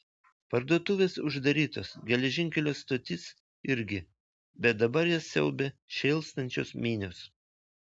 parduotuvės uždarytos geležinkelio stotis irgi bet dabar jas siaubia šėlstančios minios